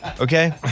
okay